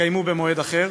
יתקיימו במועד אחר,